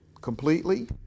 Completely